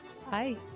Hi